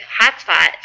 hotspot